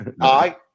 Aye